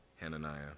Hananiah